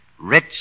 Rich